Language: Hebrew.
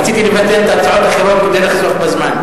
רציתי לבטל הצעות אחרות כדי לחסוך בזמן.